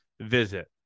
visit